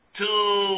two